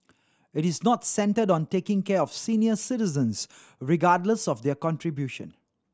it is not centred on taking care of senior citizens regardless of their contribution